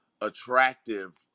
attractive